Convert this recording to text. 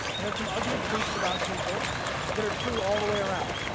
and there's some ugly truths about people that are true all the way around.